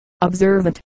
observant